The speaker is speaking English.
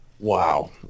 Wow